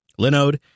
Linode